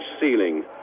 ceiling